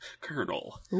Colonel